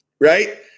Right